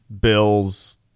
Bills